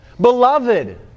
Beloved